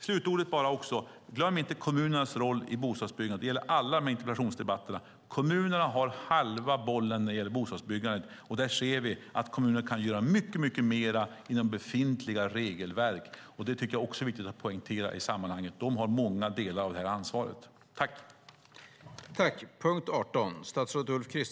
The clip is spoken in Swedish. Glöm inte heller kommunernas roll i bostadsbyggandet! Det gäller alla dessa interpellationsdebatter. Kommunerna har halva bollen när det gäller bostadsbyggandet. Vi ser att kommunerna kan göra mycket mer inom befintliga regelverk. Det tycker jag också är viktigt att poängtera i sammanhanget. De har många delar av ansvaret.